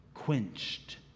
quenched